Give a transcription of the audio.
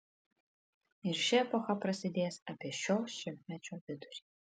ir ši epocha prasidės apie šio šimtmečio vidurį